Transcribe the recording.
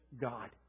God